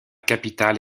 capitale